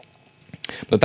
mutta